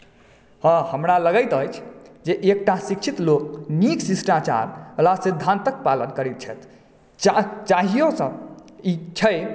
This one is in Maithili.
हँ हमरा लगैत अछि जे एकटा शिक्षित लोक नीक शिष्टाचार वाला सिद्धान्तक पालन करै छथि चाहियौ सभ छै